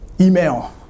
email